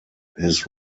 his